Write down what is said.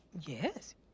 yes